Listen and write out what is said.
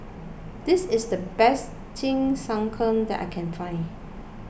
this is the best Jingisukan that I can find